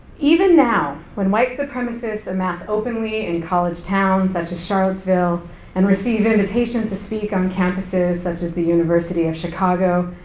even now, when white supremacists amass openly in college towns such as charlottesville and receive invitations to speak on campuses such as the university of chicago,